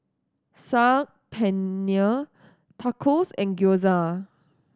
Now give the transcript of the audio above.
Saag Paneer Tacos and Gyoza